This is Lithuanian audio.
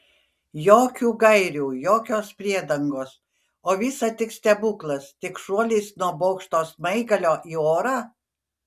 jokių gairių jokios priedangos o visa tik stebuklas tik šuolis nuo bokšto smaigalio į orą